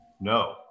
No